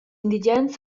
indigens